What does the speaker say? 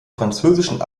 französischen